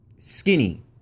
Skinny